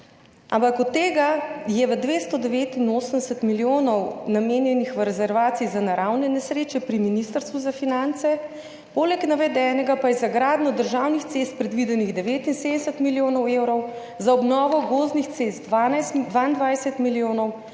Ampak od tega je namenjenih 289 milijonov v rezervaciji za naravne nesreče pri Ministrstvu za finance, poleg navedenega pa je za gradnjo državnih cest predvidenih 79 milijonov evrov, za obnovo gozdnih cest 22 milijonov,